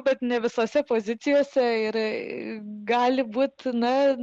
bet ne visose pozicijose ir gali būtina